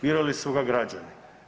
Birali su ga građani.